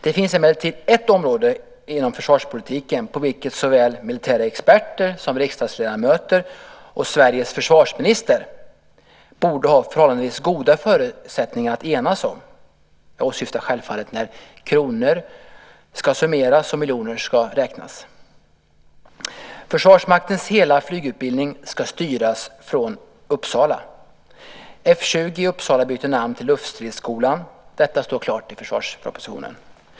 Det finns emellertid ett område inom försvarspolitiken som såväl militära experter som riksdagsledamöter och Sveriges försvarsminister borde ha förhållandevis goda förutsättningar att enas om. Jag åsyftar självfallet när kronor ska summeras och miljoner ska räknas. Försvarsmaktens hela flygutbildning ska styras från Uppsala. F 20 i Uppsala byter namn till Luftstridsskolan. Detta står klart i försvarspropositionen.